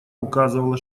указывала